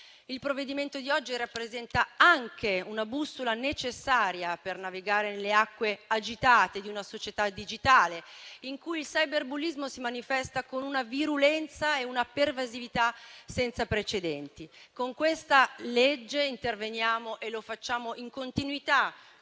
Il provvedimento di oggi rappresenta anche una bussola necessaria per navigare nelle acque agitate di una società digitale, in cui il cyberbullismo si manifesta con una virulenza e una pervasività senza precedenti. Con questa legge interveniamo e lo facciamo in continuità